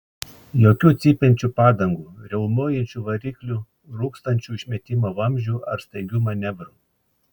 jokių cypiančių padangų riaumojančių variklių rūkstančių išmetimo vamzdžių ar staigių manevrų